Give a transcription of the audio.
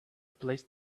placed